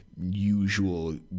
usual